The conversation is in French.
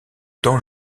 temps